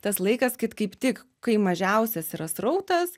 tas laikas kad kaip tik kai mažiausias yra srautas